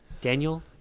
daniel